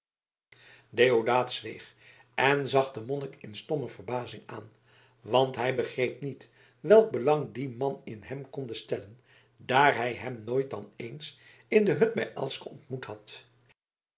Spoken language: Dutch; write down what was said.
deodaat zweeg en zag den monnik in stomme verbazing aan want hij begreep niet welk belang die man in hem konde stellen daar hij hem nooit dan eens in de hut bij elske ontmoet had